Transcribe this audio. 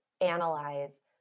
analyze